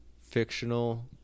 fictional